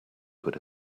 could